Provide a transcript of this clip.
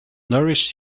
nourish